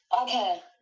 Okay